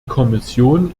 kommission